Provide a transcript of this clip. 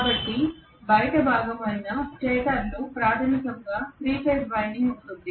కాబట్టి బయటి భాగము అయిన స్టేటర్లో ప్రాథమికంగా 3 ఫేజ్ వైండింగ్ ఉంటుంది